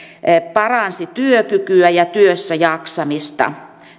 paransi työkykyä ja työssäjaksamista